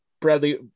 Bradley